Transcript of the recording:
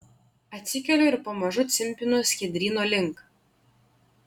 atsikeliu ir pamažu cimpinu skiedryno link